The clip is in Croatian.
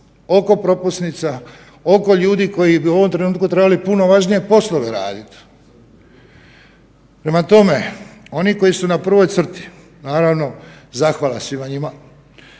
oko propusnica, oko ljudi koji bi u ovom trenutku trebali puno važnije poslove raditi. Prema tome, oni koji su na prvoj crti, naravno zahvala svima njima